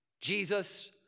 Jesus